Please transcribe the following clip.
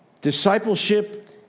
Discipleship